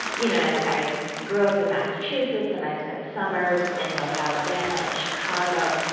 you know and i grew up in massachusetts, and i spent summers in both alabama and chicago,